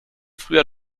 früher